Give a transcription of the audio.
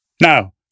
Now